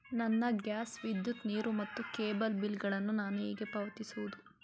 ನನ್ನ ಗ್ಯಾಸ್, ವಿದ್ಯುತ್, ನೀರು ಮತ್ತು ಕೇಬಲ್ ಬಿಲ್ ಗಳನ್ನು ನಾನು ಹೇಗೆ ಪಾವತಿಸುವುದು?